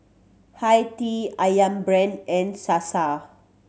Hi Tea Ayam Brand and Sasa